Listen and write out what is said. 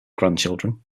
grandchildren